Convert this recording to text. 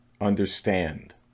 understand